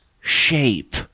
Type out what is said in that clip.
shape